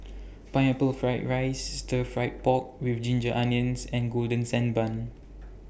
Pineapple Fried Rice Stir Fry Pork with Ginger Onions and Golden Sand Bun